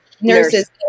Nurses